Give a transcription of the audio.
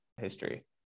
history